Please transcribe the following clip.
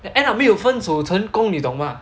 then end up 没有分手成功你懂吗